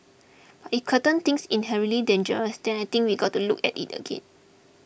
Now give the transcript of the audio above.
but it curtain things inherently dangerous then I think we got to look at it again